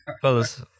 fellas